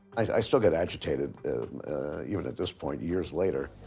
i still get agitated even at this point years later.